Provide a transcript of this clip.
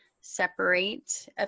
separate